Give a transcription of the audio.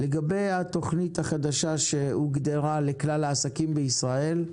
לגבי התוכנית החדשה שהוגדרה לכלל העסקים בישראל,